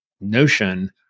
notion